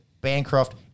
Bancroft